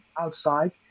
outside